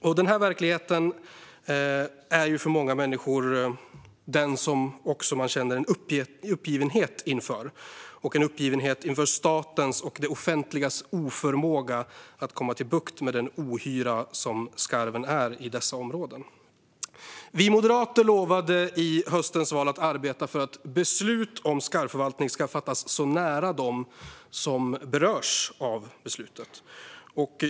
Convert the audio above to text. Detta är verkligheten för många människor som känner en uppgivenhet inför statens och det offentligas oförmåga att få bukt med den ohyra som skarven är i dessa områden. Vi moderater lovade i höstens val att arbeta för att beslut om skarvförvaltning ska fattas så nära dem som berörs som möjligt.